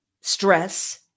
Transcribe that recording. stress